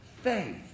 Faith